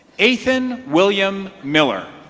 ethan william miller.